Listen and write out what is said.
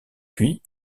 puis